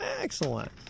Excellent